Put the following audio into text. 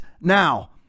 now